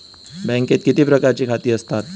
बँकेत किती प्रकारची खाती आसतात?